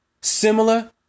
similar